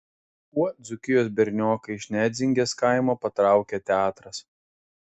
kuo dzūkijos bernioką iš nedzingės kaimo patraukė teatras